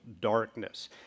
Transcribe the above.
darkness